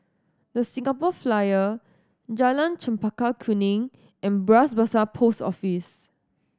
The Singapore Flyer Jalan Chempaka Kuning and Bras Basah Post Office